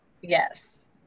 Yes